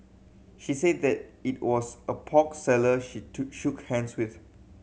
she said that it was a pork seller she shook hands with